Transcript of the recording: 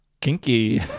kinky